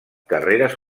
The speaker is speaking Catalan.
carreres